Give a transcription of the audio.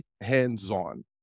hands-on